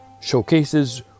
showcases